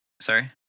Sorry